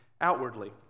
outwardly